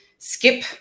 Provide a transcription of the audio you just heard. skip